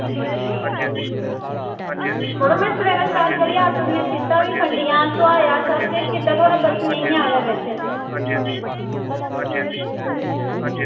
मड़ो में सबेरै शैल करियै ऑटो दियां सीटां बी फंडियां ते धोता सब किश कीता पर थुआढ़ा पर्स निं ऐ ओह्दे बिच